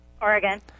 Oregon